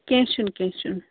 کیٚنٛہہ چھُنہٕ کیٚنٛہہ چھُنہٕ